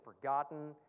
forgotten